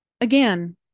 again